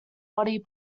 body